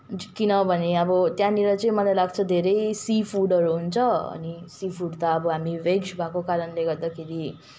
किनभने अब त्यहाँनिर चाहिँ मलाई लाग्छ धेरै सी फुडहरू हुन्छ अनि सी फुड त हामी भेज भएको कारणले गर्दाखेरि